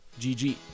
GG